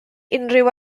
unrhyw